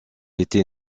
était